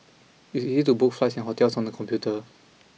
it is easy to book flights and hotels on the computer